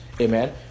Amen